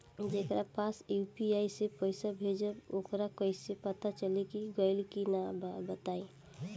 जेकरा पास यू.पी.आई से पईसा भेजब वोकरा कईसे पता चली कि गइल की ना बताई?